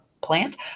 plant